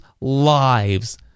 lives